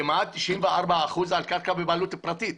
כמעט 94% הם בבעלות פרטית.